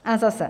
A zase.